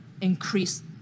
increase